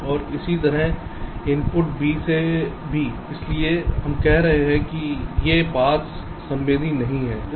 और इसी तरह इनपुट b से भी इसलिए हम कह रहे हैं कि ये पाथ्स संवेदी नहीं हैं